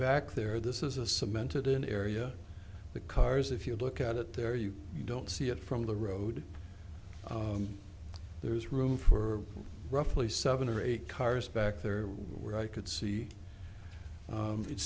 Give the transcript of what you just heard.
back there this is a cemented in area the cars if you look at it there you don't see it from the road there is room for roughly seven or eight cars back there were i could see